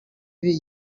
vie